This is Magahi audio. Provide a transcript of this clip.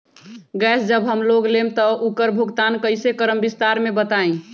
गैस जब हम लोग लेम त उकर भुगतान कइसे करम विस्तार मे बताई?